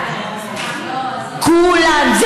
כולן.